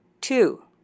two